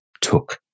took